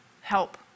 help